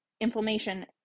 inflammation